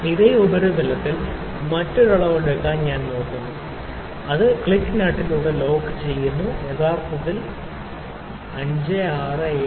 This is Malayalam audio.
അതേ ഉപരിതലത്തിൽ മറ്റൊരു അളവ് ഞാൻ എടുക്കാം ഒരു ക്ലിക്കിലൂടെ നട്ട് ലോക്ക് ചെയ്യുന്നത് ഇതിൽ 20 കൾ ഉണ്ട് ഇത് യഥാർത്ഥത്തിൽ 5 6 7 7